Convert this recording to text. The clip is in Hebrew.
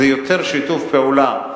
זה יותר שיתוף פעולה.